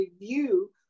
review